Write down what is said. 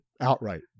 outright